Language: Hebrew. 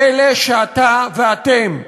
אלה שאתה ואתם,